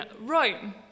Rome